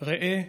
/ ראה,